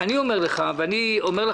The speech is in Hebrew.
אני אומר לכם בידידות,